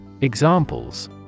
Examples